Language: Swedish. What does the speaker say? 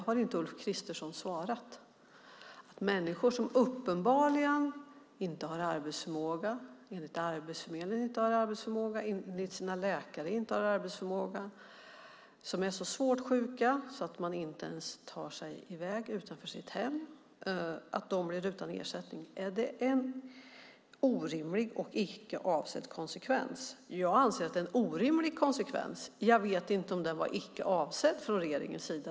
Är det en orimlig och icke avsedd konsekvens att människor som enligt Arbetsförmedlingen och sina läkare uppenbarligen inte har arbetsförmåga, som är så svårt sjuka att de inte ens tar sig i väg utanför sitt hem? Jag anser att det är en orimlig konsekvens. Jag vet inte om den var icke avsedd från regeringens sida.